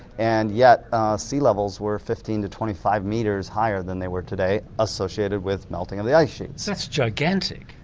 and yet sea levels were fifteen to twenty five metres higher than they were today, associated with melting of the ice sheets. that's gigantic.